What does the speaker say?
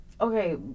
okay